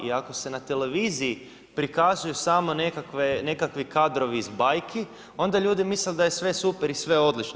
I ako se na televiziji prikazuju samo nekakvi kadrovi iz bajki onda ljudi misle da je sve super i sve odlično.